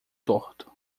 torto